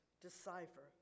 decipher